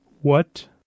What